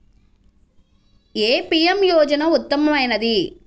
ఏ PM యోజన ఉత్తమమైనది?